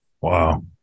Wow